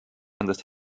endast